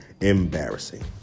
Embarrassing